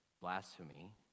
blasphemy